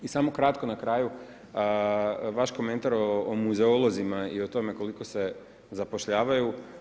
I samo kratko, na kraju, vaš komentar o muzeolozima i o tome koliko se zapošljavaju.